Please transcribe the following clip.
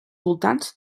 voltants